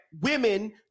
Women